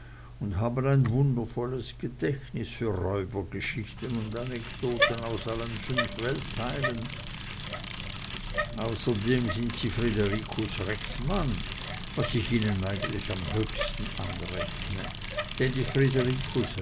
und haben ein wundervolles gedächtnis für räubergeschichten und anekdoten aus allen fünf weltteilen außerdem sind sie fridericus rex mann was ich ihnen eigentlich am höchsten anrechne denn die